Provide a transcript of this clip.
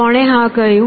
કોણે હા કહ્યું